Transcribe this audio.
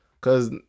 Cause